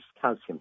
calcium